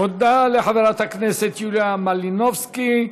תודה לחברת הכנסת יוליה מלינובסקי.